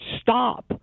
stop